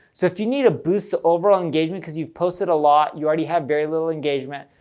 so if you need a boost to overall engagement because you've posted a lot, you already have very little engagement,